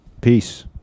peace